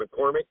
McCormick